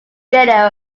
radio